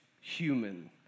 human